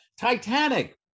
titanic